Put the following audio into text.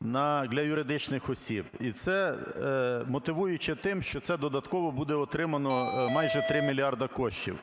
на… для юридичних осіб, і це мотивуючи тим, що це додатково буде отримано майже 3 мільярда коштів.